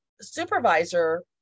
supervisor